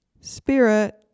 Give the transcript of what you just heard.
spirit